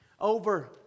Over